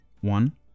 One